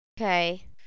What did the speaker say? Okay